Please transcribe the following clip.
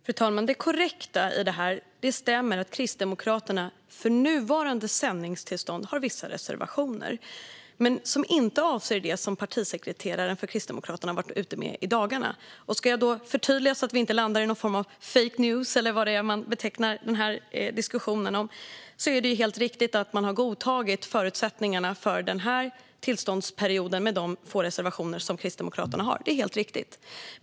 Fru talman! Det som är korrekt i det här är att Kristdemokraterna har vissa reservationer när det gäller nuvarande sändningstillstånd. Men de avser inte det som Kristdemokraternas partisekreterare har gått ut med i dagarna. Jag ska förtydliga, så att vi inte landar i någon form av fake news eller vad diskussionen kan betecknas som. Det är helt riktigt att man har godtagit förutsättningarna för den här tillståndsperioden med de få reservationer som Kristdemokraterna har.